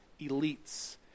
elites